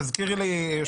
יש